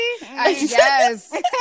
yes